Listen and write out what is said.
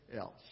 else